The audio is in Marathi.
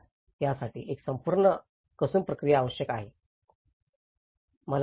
यास यासाठी एक संपूर्ण कसून प्रक्रिया आवश्यक आहे